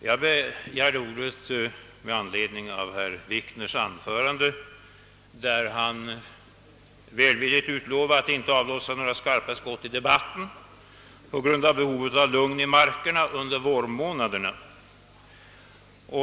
Jag begärde ordet med anledning av herr Wikners anförande, där han välvilligt utlovade att inte avlossa några skarpa skott i debatten på grund av behovet av lugn i markerna under vårmånaderna.